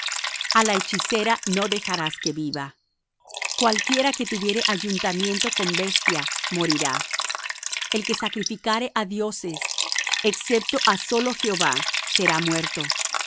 a la hechicera no dejarás que viva cualquiera que tuviere ayuntamiento con bestia morirá el que sacrificare á dioses excepto á sólo jehová será muerto